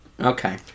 Okay